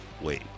wait